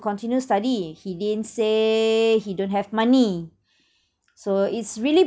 continue study he didn't say he don't have money so it's really